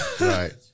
right